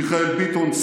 מיכאל ביטון,